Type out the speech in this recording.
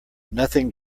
nothing